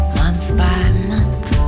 month-by-month